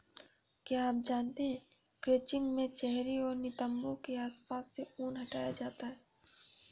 क्या आप जानते है क्रचिंग में चेहरे और नितंबो के आसपास से ऊन हटाया जाता है